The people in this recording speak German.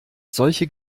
solche